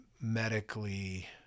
medically